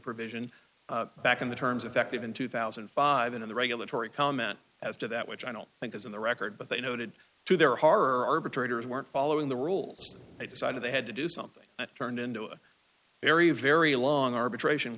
provision back in the terms of active in two thousand and five and the regulatory comment as to that which i don't think is in the record but they noted to their horror arbitrators weren't following the rules they decided they had to do something that turned into a very very long arbitration